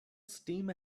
steam